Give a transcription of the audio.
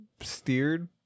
steered